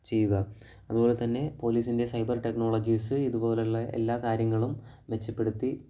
ചെയ്യുക അതുപോലെത്തന്നെ പോലീസിൻ്റെ സൈബർ ടെക്നോളജീസ് ഇതുപോലുള്ള എല്ലാ കാര്യങ്ങളും മെച്ചപ്പെടുത്തി